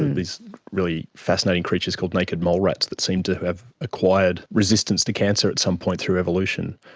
there's really fascinating creatures called naked mole rats that seem to have acquired resistance to cancer at some point through evolution.